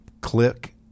Click